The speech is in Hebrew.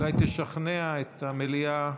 אולי תשכנע את המליאה